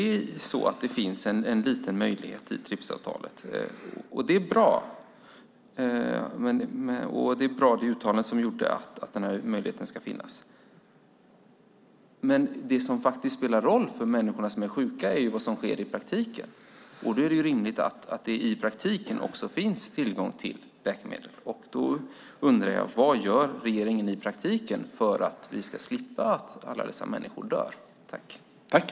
Det finns en liten möjlighet genom TRIPS-avtalet. Det är bra. Uttalandet om att den möjligheten ska finnas är också bra. Men det som faktiskt spelar roll för de människor som är sjuka är vad som sker i praktiken. Därför är det rimligt att det också i praktiken finns tillgång till läkemedel. Vad gör regeringen i praktiken för att alla dessa människor ska slippa dö?